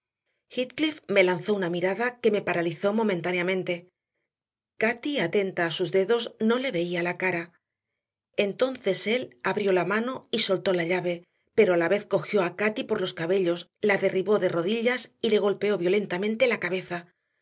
heathcliff me lanzó una mirada que me paralizó momentáneamente cati atenta a sus dedos no le veía la cara entonces él abrió la mano y soltó la llave pero a la vez cogió a cati por los cabellos la derribó de rodillas y le golpeó violentamente la cabeza